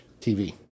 TV